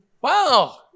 Wow